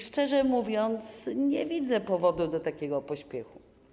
Szczerze mówiąc, nie widzę powodu do takiego pośpiechu.